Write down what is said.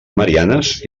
mariannes